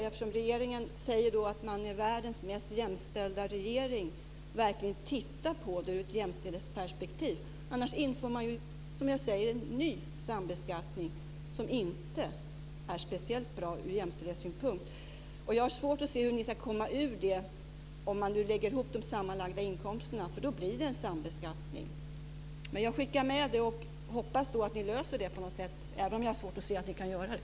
Eftersom regeringen säger att den är världens mest jämställda regering hoppas jag att den verkligen tittar på detta ur ett jämställdhetsperspektiv, annars inför man ju, som jag säger, en ny sambeskattning som inte är speciellt bra ur jämställdhetssynpunkt. Jag har svårt att se hur regeringen ska komma ur detta om man lägger ihop de sammanlagda inkomsterna, eftersom det då blir en sambeskattning. Men jag skickar med detta och hoppas att regeringen löser detta på något sätt, även om jag har svårt att se att regeringen kan göra det.